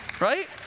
Right